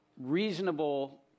reasonable